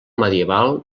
medieval